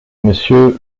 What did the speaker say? monsieur